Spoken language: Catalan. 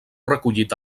recollit